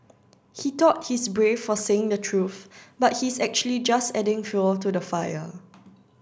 he thought he's brave for saying the truth but he's actually just adding fuel to the fire